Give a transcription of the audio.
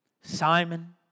Simon